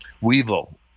Weevil